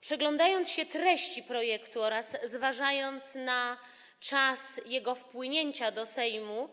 Przyglądając się treści projektu oraz zważając na czas jego wpłynięcia do Sejmu,